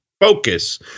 focus